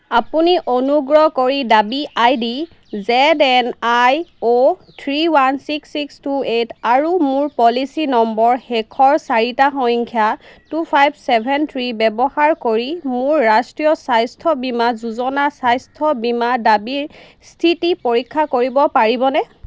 আপুনি অনুগ্ৰহ কৰি দাবী I D Z N I O three one six six two eight আৰু মোৰ পলিচি নম্বৰ শেষৰ চাৰিটা সংখ্যা টু ফাইভ চেভেন থ্ৰী ব্যৱহাৰ কৰি মোৰ ৰাষ্ট্ৰীয় স্বাস্থ্য বীমা যোজনা স্বাস্থ্য বীমা দাবীৰ স্থিতি পৰীক্ষা কৰিব পাৰিবনে